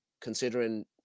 considering